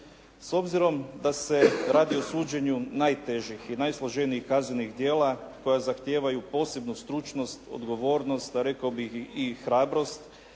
S obzirom da se radi o suđenju najtežih i najsloženijih kaznenih djela koja zahtijevaju posebnu stručnost, odgovornost, a rekao bih i hrabrost